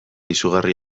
izugarri